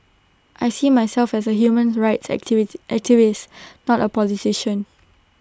I see myself as A human rights activity activist not A politician